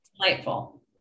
delightful